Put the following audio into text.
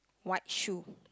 white shoe